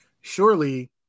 surely